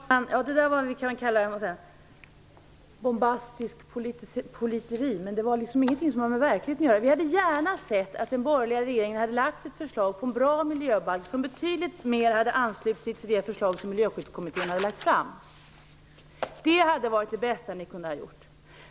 Fru talman! Detta är vad som kan kallas bombastiskt politiskt tal, men det är inte något som har med verkligheten att göra. Vi hade gärna sett att den borgerliga regeringen hade lagt fram ett förslag till en bra miljöbalk som betydligt mer hade anslutit sig till det förslag som Miljöskyddskommittén lagt fram. Det hade varit det bästa ni kunde ha gjort.